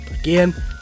Again